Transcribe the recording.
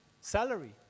salary